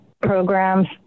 programs